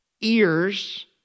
ears